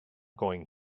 going